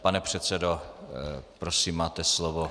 Pane předsedo, prosím, máte slovo.